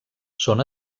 són